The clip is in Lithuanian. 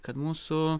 kad mūsų